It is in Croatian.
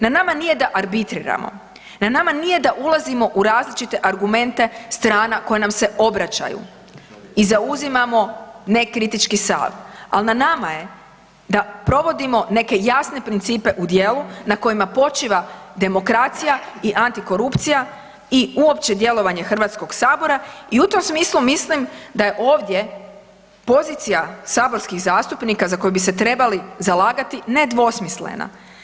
Na nama nije da arbitriramo, na nama nije da ulazimo u različite argumente strana koje nam se obraćaju i zauzimamo nekritički stav, al na nama je da provodimo neke jasne principe u djelo na kojima počiva demokracija i antikorupcija i uopće djelovanje HS i u tom smislu mislim da je ovdje pozicija saborskih zastupnika za koje bi se trebali zalagati nedvosmislena.